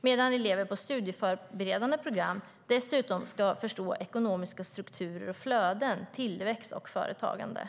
medan elever på studieförberedande program dessutom ska förstå ekonomiska strukturer och flöden, tillväxt och företagande.